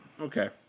Okay